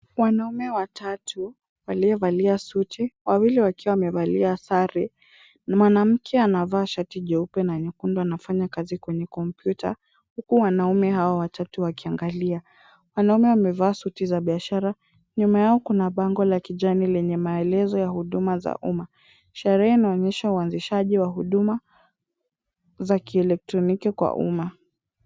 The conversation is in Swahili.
Wanaume watatu waliovalia suti, wawili wakiwa wamevalia sare na mwanamke anavaa shati jeupe na nyekundu anafanya kazi kwenye komputa huku wanaume hao watatu wakiangalia. Wanaume wamevaa suti za biashara, nyuma yao kuna bango la kijani lenye maelezo ya huduma za umma. Sherehe inaonyesha uanzishaji wa huduma za kielektroniki kwa umma.